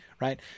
right